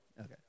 Okay